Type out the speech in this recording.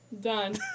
Done